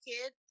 kid